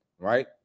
right